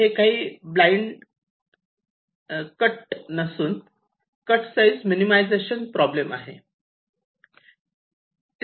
हे काही ब्लाइंड नसून कट साइज मिनिमिझेशन प्रॉब्लेम आहे